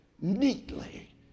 neatly